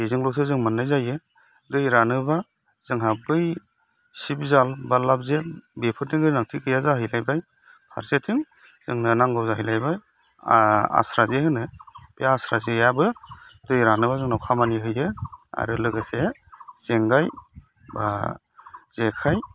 बेजोंलसो जों मोननाय जायो दै रानोबा जोंहा बै सिब जाल बा लाबजेन बेफोरनि गोनांथि गैया जाहैलायबाय फारसेथिं जोंनो नांगौ जाहैलायबाय आस्रा जे होनो बे आस्रा जेयाबो दै रानोबा जोंनाव खामानि होयो आरो लोगोसे जेंगाइ बा जेखाइ